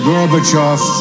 Gorbachev